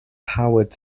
powered